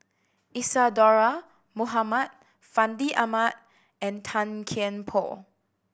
Isadhora Mohamed Fandi Ahmad and Tan Kian Por